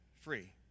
free